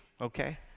okay